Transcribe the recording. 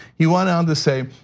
he went on to say,